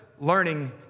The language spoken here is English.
learning